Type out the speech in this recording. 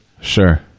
Sure